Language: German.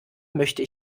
möchte